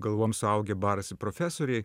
galvom suaugę barasi profesoriai